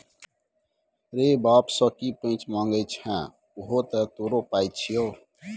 रे बाप सँ की पैंच मांगय छै उहो तँ तोरो पाय छियौ